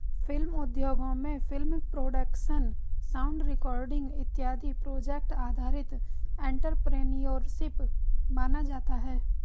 film उद्योगों में film production sound recording इत्यादि प्रोजेक्ट आधारित एंटरप्रेन्योरशिप माना जाता है